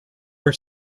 her